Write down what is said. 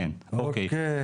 אוקיי.